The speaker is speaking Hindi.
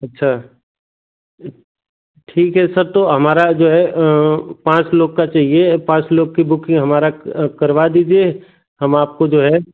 अच्छा ठीक है सर तो हमारा जो है पाँच लोग का चाहिए पाँच लोग की बुकिंग हमारा करवा दीजिए हम आपको जो है